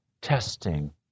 testing